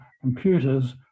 computers